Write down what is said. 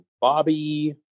Bobby